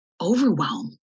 overwhelm